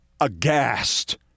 aghast